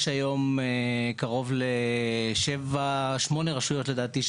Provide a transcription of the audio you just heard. יש היום קרוב ל-7 או 8 רשויות לדעתי,